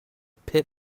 pit